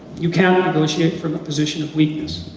you can't negotiate from a position of weakness,